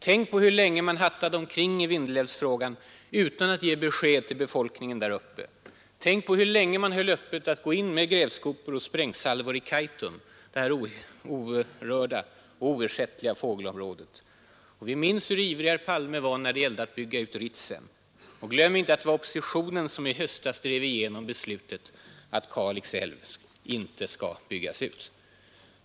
Tänk på hur länge man hattade omkring i Vindelälvsfrågan utan att ge besked till befolkningen däruppe. Tänk på hur länge man höll möjligheten öppen att gå in med grävskopor och sprängsalvor i Kaitum, detta orörda och oersättliga fågelområde! Vi minns hur ivrig herr Palme var när det gällde att bygga ut Ritsem. Glöm inte att det var oppositionen som i höstas drev igenom beslutet att Kalix älv inte skall byggas ut.